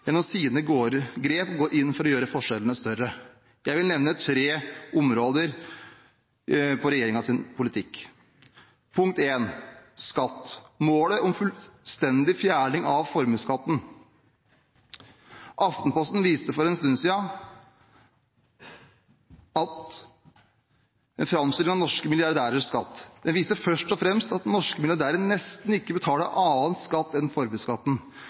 gjennom sine grep, går inn for å gjøre forskjellene større. Jeg vil nevne tre områder i regjeringens politikk. Først til skatt og målet om fullstendig fjerning av formuesskatten. Aftenposten viste for en stund siden en framstilling av norske milliardærers skatt. Den viste først og fremst at norske milliardærer nesten ikke betaler annen skatt enn